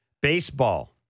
Baseball